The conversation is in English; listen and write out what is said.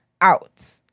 out